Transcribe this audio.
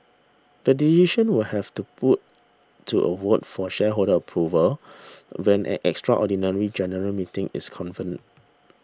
the decision will have to put to a vote for shareholder approval when an extraordinary general meeting is convened